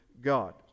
God